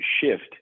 shift